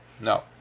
No